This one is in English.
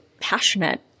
passionate